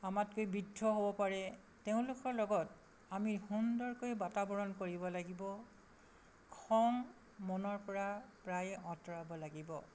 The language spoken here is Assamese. আমাতকৈ বৃদ্ধ হ'ব পাৰে তেওঁলোকৰ লগত আমি সুন্দৰকৈ বাতাবৰণ কৰিব লাগিব খং মনৰ পৰা প্ৰায় আঁতৰাব লাগিব